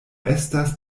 estas